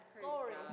Glory